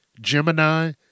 Gemini